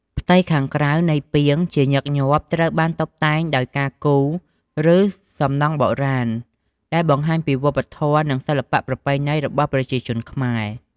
ផ្ទៃខាងក្រៅនៃពាងជាញឹកញាប់ត្រូវបានតុបតែងដោយការគូរ ឬសំណង់បុរាណ ដែលបង្ហាញពីវប្បធម៌ និងសិល្បៈប្រពៃណីរបស់ប្រជាជនខ្មែរ។